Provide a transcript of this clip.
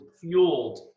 fueled